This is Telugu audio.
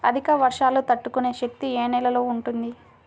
అధిక వర్షాలు తట్టుకునే శక్తి ఏ నేలలో ఉంటుంది?